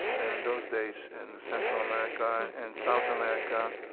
and those days, in central america and south america,